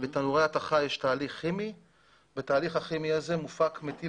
בתנורי ההתכה יש תהליך כימי ובתהליך הכימי הזה מופק מטיל